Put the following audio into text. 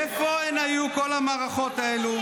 איפה הן היו, כל המערכות האלה,